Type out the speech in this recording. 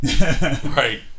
right